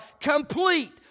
complete